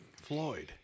Floyd